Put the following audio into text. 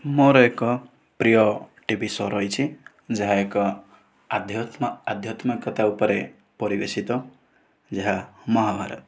ମୋ'ର ଏକ ପ୍ରିୟ ଟିଭି ଶୋ ରହିଛି ଯାହା ଏକ ଆଧ୍ୟାତ୍ମିକତା ଉପରେ ପରିବେଷିତ ଯାହା ମହାଭାରତ